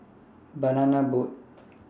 Banana Boat